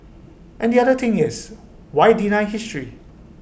and the other thing is why deny history